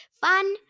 Fun